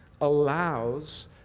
allows